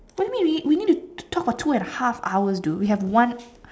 what do you mean we we need to talk talk for two and a half hours dude we have one